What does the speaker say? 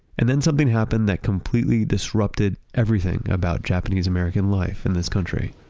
and then something happened that completely disrupted everything about japanese-american life in this country